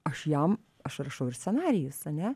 aš jam aš rašau ir scenarijus ane